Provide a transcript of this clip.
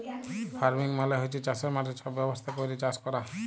farming মালে হছে চাষের মাঠে ছব ব্যবস্থা ক্যইরে চাষ ক্যরা